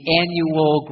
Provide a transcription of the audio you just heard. annual